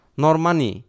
normani